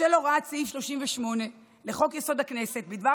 בשל הוראת סעיף 38 לחוק-יסוד: הכנסת בדבר